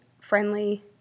friendly